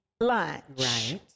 Lunch